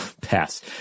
pass